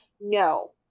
no